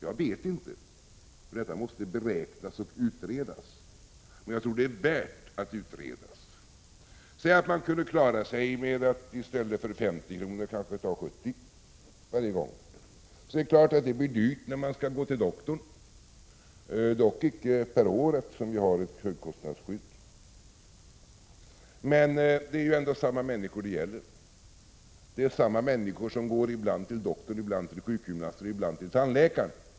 Jag vet inte, detta måste beräknas och utredas. Men jag tror att det är värt att utredas. Säg att man kunde klara sig med att i stället för 50 kr. ta 70 kr. varje gång! Det är klart att det blir dyrt när man skall gå till doktorn — dock icke per år, eftersom vi har ett högkostnadsskydd. Det är ändå samma människor det gäller. Det är samma människor som går ibland till doktorn, ibland till sjukgymnasten och ibland till tandläkaren.